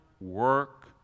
work